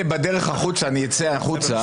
גם אם זה לוקח שמונה דקות להגיע לרגע הזה.